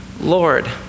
Lord